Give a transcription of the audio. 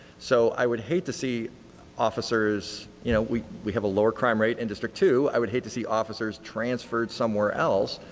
so i would hate to see officers, you know we we have a lower crime rate in district two i would hate to see officers transferred somewhere else.